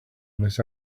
miss